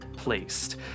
placed